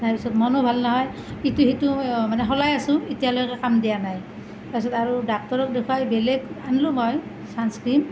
তাৰপিছত মনো ভালো নহয় ইটো সিটো মানে সলাই আছোঁ এতিয়ালৈকে কাম দিয়া নাই তাৰপিছত আৰু ডাক্টৰক দেখুৱাই বেলেগ আনিলো মই চানস্ক্ৰীণ